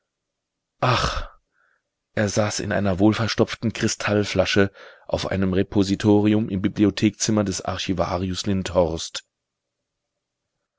er saß in einer wohlverstopften kristallflasche auf einem repositorium im bibliothekzimmer des archivarius lindhorst